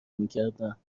میکردم